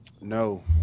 No